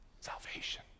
salvation